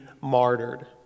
martyred